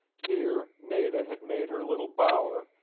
here nada had made her little bower,